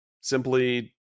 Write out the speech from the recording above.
simply